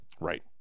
Right